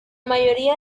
mayoría